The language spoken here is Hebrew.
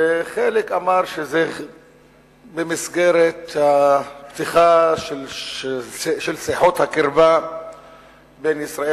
וחלק אמרו שזה במסגרת הפתיחה של שיחות הקרבה בין ישראל